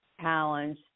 challenge